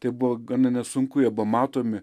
tai buvo gana nesunku jie buvo matomi